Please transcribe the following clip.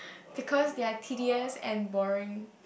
because they are tedious and boring